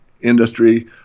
industry